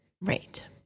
Right